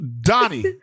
Donnie